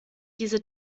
diese